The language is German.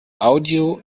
audio